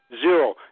zero